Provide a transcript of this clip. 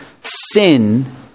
sin